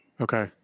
Okay